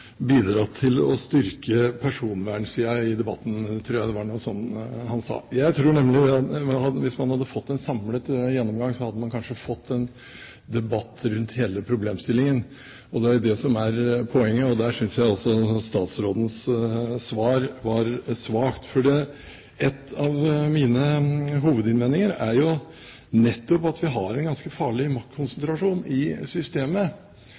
bidratt til å styrke personvernsiden i debatten – jeg tror det var noe sånt han sa. Jeg tror nemlig at hvis man hadde fått en samlet gjennomgang, hadde man kanskje fått en debatt rundt hele problemstillingen. Det er jo det som er poenget, og der synes jeg at statsrådens svar var svakt. En av mine hovedinnvendinger er jo nettopp at vi har en ganske farlig maktkonsentrasjon i systemet.